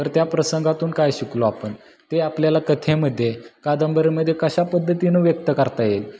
तर त्या प्रसंगातून काय शिकलो आपण ते आपल्याला कथेमध्ये कादंबरीमध्ये कशा पद्धतीनं व्यक्त करता येईल